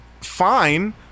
fine